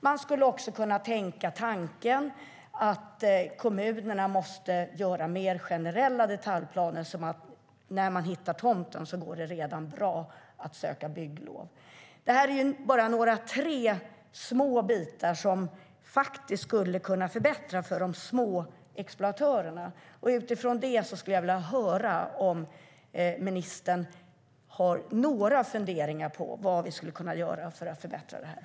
Vi kan också tänka tanken att kommunerna måste göra mer generella detaljplaner så att det går bra att söka bygglov redan när man hittar tomten. Det här är bara tre små bitar som skulle kunna förbättra för de små exploatörerna, och jag skulle som sagt vilja höra om ministern har några funderingar på vad vi skulle kunna göra för att förbättra situationen.